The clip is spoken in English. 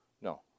No